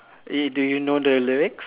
do you know the lyrics